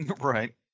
Right